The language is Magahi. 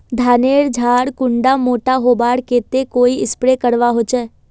धानेर झार कुंडा मोटा होबार केते कोई स्प्रे करवा होचए?